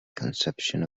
conception